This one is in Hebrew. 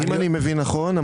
אם אני מבין נכון,